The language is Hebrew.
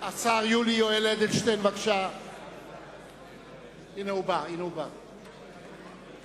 מצביע למותר לציין בפני חברי